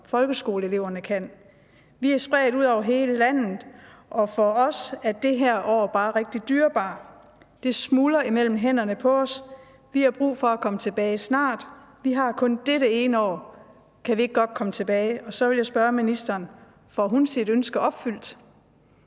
folkeskoleeleverne kan. Vi er spredt ud over hele landet, og for os er det her år bare rigtig dyrebart. Det smuldrer imellem hænderne på os. Vi har brug for at komme tilbage snart. Vi har kun dette ene år. Kan vi ikke godt komme tilbage? Så vil jeg spørge ministeren: Får hun sit ønske opfyldt?